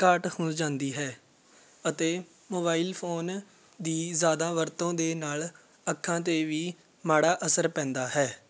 ਘਾਟ ਹੋ ਜਾਂਦੀ ਹੈ ਅਤੇ ਮੋਬਾਇਲ ਫੋਨ ਦੀ ਜ਼ਿਆਦਾ ਵਰਤੋਂ ਦੇ ਨਾਲ ਅੱਖਾਂ 'ਤੇ ਵੀ ਮਾੜਾ ਅਸਰ ਪੈਂਦਾ ਹੈ